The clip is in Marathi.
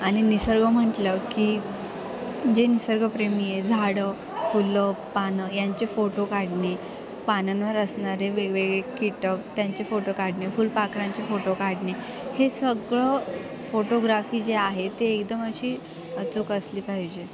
आणि निसर्ग म्हटलं की जे निसर्गप्रेमी आहे झाडं फुलं पानं यांचे फोटो काढणे पानांवर असणारे वेगवेगळे कीटक त्यांचे फोटो काढणे फुलपाखरांचे फोटो काढणे हे सगळं फोटोग्राफी जे आहे ते एकदम अशी अचूक असली पाहिजे